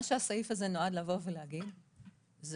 מה שהסעיף הזה נועד להגיד זה